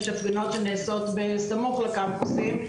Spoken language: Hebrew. יש הפגנות שנעשות בסמוך לקמפוסים.